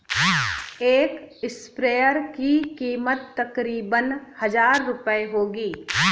एक स्प्रेयर की कीमत तकरीबन हजार रूपए होगी